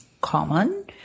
common